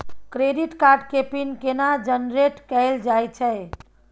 Credit card के PIN केना generate कैल जाए छै?